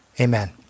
Amen